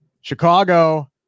Chicago